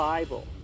Bible